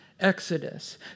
exodus